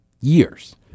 years